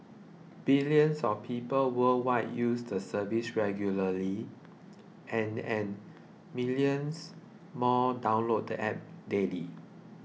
billions of people worldwide use the service regularly and and millions more download the App daily